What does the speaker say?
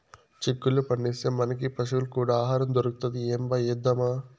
చిక్కుళ్ళు పండిస్తే, మనకీ పశులకీ కూడా ఆహారం దొరుకుతది ఏంబా ఏద్దామా